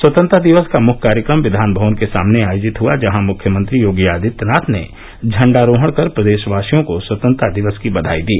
स्वतंत्रता दिवस का मुख्य कार्यक्रम विघान भवन के सामने आयोजित हआ जहां मुख्यमंत्री योगी आदित्यनाथ ने झण्डारोहण कर प्रदेशवासियो को स्वतंत्रता दिवस की बधाई दी